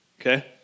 okay